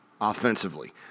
offensively